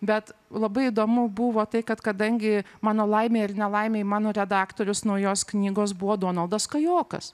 bet labai įdomu buvo tai kad kadangi mano laimei ar nelaimei mano redaktorius naujos knygos buvo donaldas kajokas